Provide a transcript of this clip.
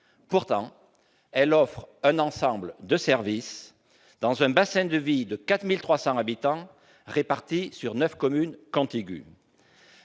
Pourtant, elle offre un ensemble de services pour un bassin de vie de 4 300 habitants répartis sur neuf communes contiguës.